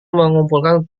mengumpulkan